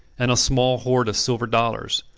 and a small hoard of silver dollars,